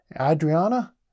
Adriana